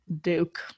Duke